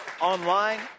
online